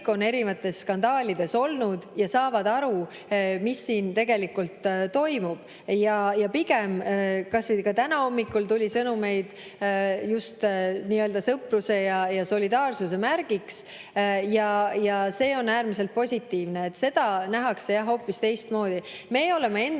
on erinevates skandaalides olnud ja saavad aru, mis siin tegelikult toimub. Kasvõi täna hommikul tuli sõnumeid just nii-öelda sõpruse ja solidaarsuse märgiks. See on äärmiselt positiivne ning seda nähakse jah hoopis teistmoodi.Me oleme endale